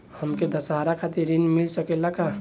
हमके दशहारा खातिर ऋण मिल सकेला का?